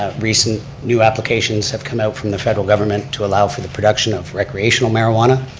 ah recent new applications have come out from the federal government to allow for the production of recreational marijuana.